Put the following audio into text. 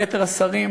שלישית?